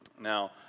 Now